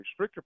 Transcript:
restrictor